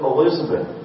Elizabeth